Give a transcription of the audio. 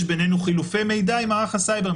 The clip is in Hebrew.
יש בינינו חילופי מידע עם מערך הסייבר.